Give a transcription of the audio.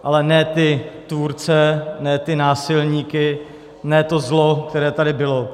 Ale ne ty tvůrce, ne ty násilníky, ne to zlo, které tady bylo.